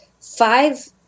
five